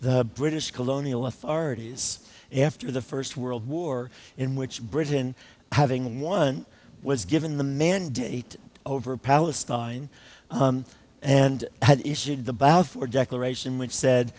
the british colonial authorities after the first world war in which britain having won was given the mandate over palestine and had issued the balfour declaration which said